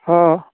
ହଁ